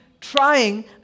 trying